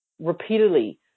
repeatedly